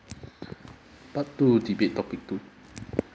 part two debate topic two